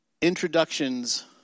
introductions